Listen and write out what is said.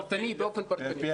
אני התייחסתי פר ילד, באופן פרטני.